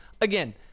Again